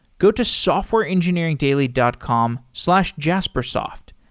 go to softwareengineeringdaily dot com slash jaspersoft.